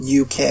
UK